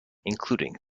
including